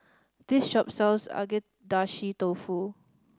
this shop sells Agedashi Dofu